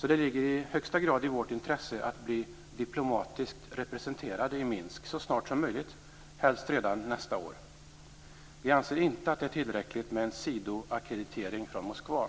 Det ligger i högsta grad i vårt intresse att bli diplomatiskt representerade i Minsk så snart som möjligt, helst redan nästa år. Vi anser inte att det är tillräckligt med en sidoackreditering från Moskva.